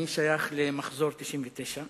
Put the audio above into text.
אני שייך למחזור 1999,